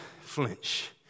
flinch